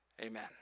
Amen